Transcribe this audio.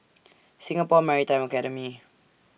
Singapore Maritime Academy